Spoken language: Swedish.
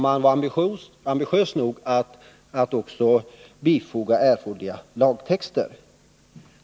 Man var ambitiös nog att också bifoga erforderliga lagtexter.